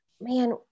man